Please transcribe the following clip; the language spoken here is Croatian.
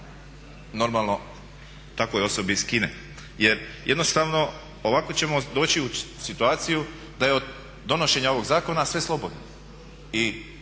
normalno takvoj osobi i skine. Jer jednostavno ovako ćemo doći u situaciju da je od donošenja ovog zakona sve slobodno.